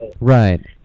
right